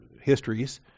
histories